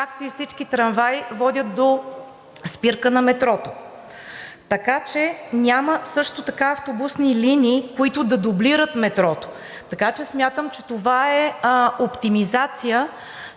както и всички трамваи водят до спирка на метрото. Няма също така автобусни линии, които да дублират метрото. Така че смятам, че това е оптимизация.